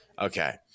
Okay